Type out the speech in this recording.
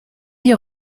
die